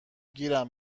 گیرم